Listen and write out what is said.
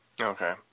Okay